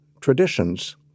traditions